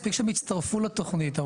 מספיק שהם יצטרפו לתוכנית.